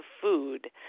food –